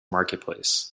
marketplace